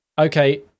okay